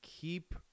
Keep